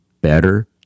better